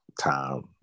time